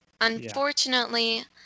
unfortunately